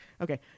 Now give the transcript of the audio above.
Okay